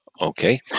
Okay